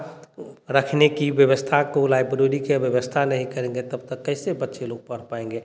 रखने की व्यवस्था को लाइब्रोरी के व्यवस्था नहीं करेंगे तब तक कैसे बच्चे लोग पढ़ पाएँगे